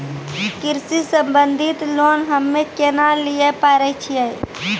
कृषि संबंधित लोन हम्मय केना लिये पारे छियै?